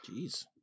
Jeez